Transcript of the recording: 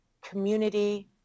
community